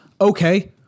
Okay